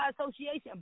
association